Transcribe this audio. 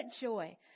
joy